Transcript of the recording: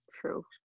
true